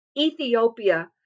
Ethiopia